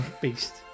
beast